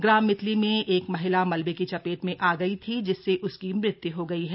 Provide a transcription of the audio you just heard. ग्राम मितली में एक महिला मलबे की चपेट में आ गयी थी जिससे उसकी मृत्य् हो गयी है